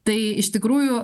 tai iš tikrųjų